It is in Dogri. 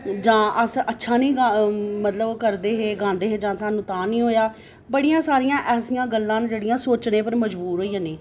जां अस अच्छा नीं मतलब गांदे हे सानू तां नी होएआ बडियां सारियां ऐसियां गल्लां न जेह्ड़ियां सोचने पर मजबूर होई जन्नीं